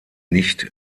nicht